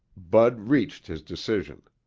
bud reached his decision.